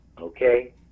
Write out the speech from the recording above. okay